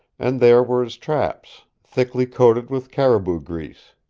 and there were his traps, thickly coated with caribou grease.